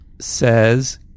Says